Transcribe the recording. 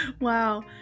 Wow